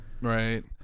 Right